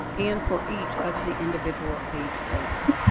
and for each of the individual age groups.